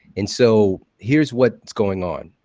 and so here's what's going on.